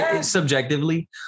subjectively